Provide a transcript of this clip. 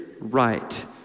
right